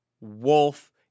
Wolf